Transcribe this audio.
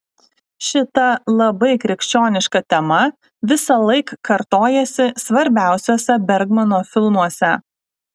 šita labai krikščioniška tema visąlaik kartojasi svarbiausiuose bergmano filmuose